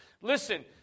listen